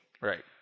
Right